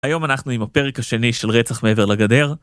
היום אנחנו עם הפרק השני של רצח מעבר לגדר